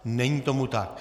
Není tomu tak.